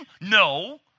No